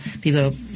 people